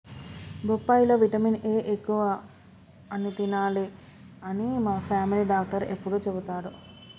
బొప్పాయి లో vitamin A ఎక్కువ అని తినాలే అని మా ఫామిలీ డాక్టర్ ఎప్పుడు చెపుతాడు